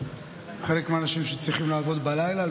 חלק מהאנשים שצריכים לעבוד בלילה על